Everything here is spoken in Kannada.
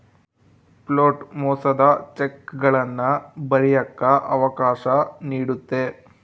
ಫ್ಲೋಟ್ ಮೋಸದ ಚೆಕ್ಗಳನ್ನ ಬರಿಯಕ್ಕ ಅವಕಾಶ ನೀಡುತ್ತೆ